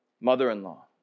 mother-in-law